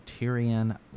Tyrion